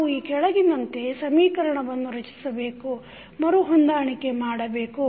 ನಾವು ಈ ಕೆಳಗಿನಂತೆ ಸಮೀಕರಣವನ್ನು ರಚಿಸಬೇಕು ಮರುಹೊಂದಾಣಿಕೆ ಮಾಡಬೇಕು